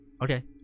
Okay